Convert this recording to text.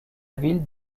ville